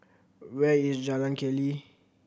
where is Jalan Keli